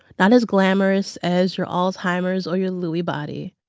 not as glamorous as your alzheimer's or your lewy body.